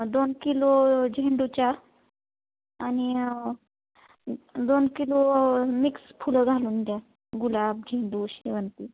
दोन किलो झेंडूच्या आणि दोन किलो मिक्स फुलं घालून द्या गुलाब झेंडू शेवंती